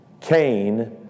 Cain